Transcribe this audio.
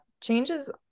changes